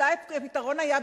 אולי הפתרון היה,